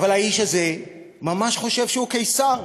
אבל האיש הזה ממש חושב שהוא קיסר.